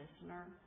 listener